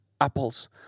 apples